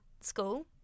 school